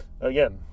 again